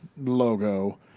logo